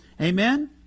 Amen